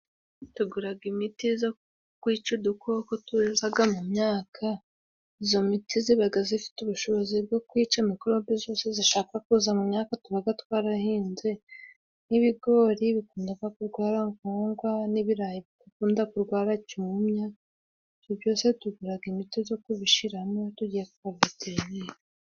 Bategura imiti yo kwica udukoko tuza mu myaka, iyo miti iba ifite ubushobozi bwo kwica mikorobe zose zishaka kuza mu myaka tuba twarahinze. Nk'ibigori, bikunda kurwara nkongwa n'ibirayi bigakunda kurwara cyumya. Ibyo byose tugura imiti yo kubishyiramo...